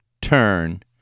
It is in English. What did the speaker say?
turn